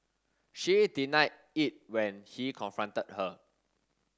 she denied it when he confronted her